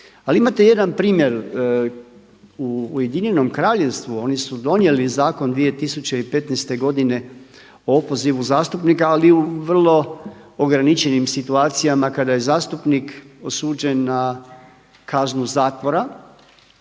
Ali imate jedan primjer, u Ujedinjenom Kraljevstvu, oni su donijeli zakon 2015. godine o opozivu zastupnika ali u vrlo ograničenim situacijama kada je zastupnik osuđen na kaznu zatvora.